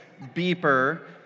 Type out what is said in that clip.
beeper